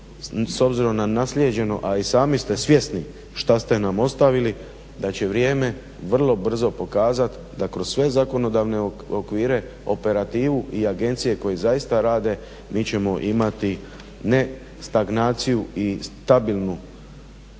s obzirom na naslijeđeno, a i sami ste svjesni šta ste nam ostavili da će vrijeme vrlo brzo pokazat da kroz sve zakonodavne okvire, operativu i agencije koje zaista rade mi ćemo imati ne stagnaciju i stabilnu